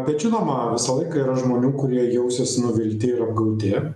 bet žinoma visą laiką yra žmonių kurie jausis nuvilti ir apgauti